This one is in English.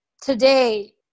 Today